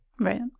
right